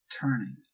turning